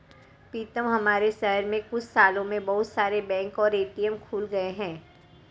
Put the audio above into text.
पीतम हमारे शहर में कुछ सालों में बहुत सारे बैंक और ए.टी.एम खुल गए हैं